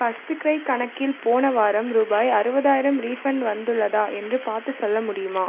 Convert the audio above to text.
first கிரை கணக்கில் போன வாரம் ரூபாய் அறுபதாயிரம் ரீஃபண்ட் வந்துள்ளதா என்று பார்த்துச் சொல்ல முடியுமா